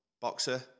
boxer